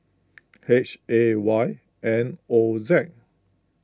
H A Y N O Z